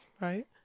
Right